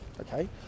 okay